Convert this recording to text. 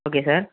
okay sir